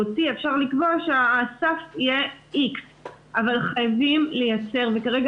אפשר לקבוע שהסף יהיה X. אבל חייבים לייצר וכרגע